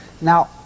Now